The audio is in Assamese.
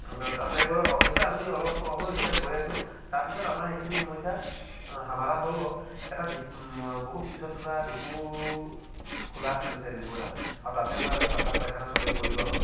তাতে গৈ অৱশ্যে আমি অলপ সময় যেতিয়া গৈ আছো তাৰপিছত আমাৰ সেইখিনি সমস্যা সমাধা হ'ল বাৰু এটা বহুত পিছত এটা ডিপু খোলা আছিলে তেল ডিপু এটা আৰু তাতে গৈ আমি প্ৰস্ৰাৱ পায়খানা চবে কৰি লোৱা হ'ল